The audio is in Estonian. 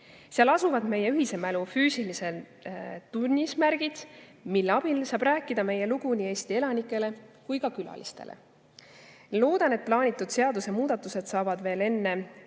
Seal asuvad meie ühise mälu füüsilised tunnismärgid, mille abil saab rääkida meie lugu nii Eesti elanikele kui ka külalistele. Loodan, et plaanitud seadusemuudatused saavad veel enne